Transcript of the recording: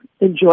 enjoy